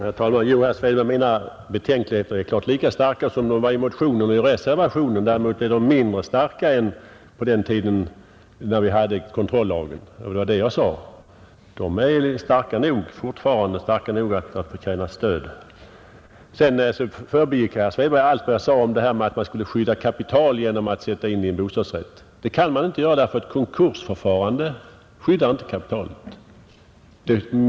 Herr talman! Det är klart, herr Svedberg, att mina betänkligheter är lika starka som de var i motionen och i reservationen. Däremot är de mindre starka än på den tiden då vi hade kontrollagen. Det var det jag sade. Mina betänkligheter är starka nog fortfarande att förtjäna stöd. Sedan förbigick herr Svedberg allt vad jag sade om att man skulle skydda kapital genom att sätta in det i en bostadsrätt. Det kan man inte göra därför att konkursförfarande skyddar inte kapitalet.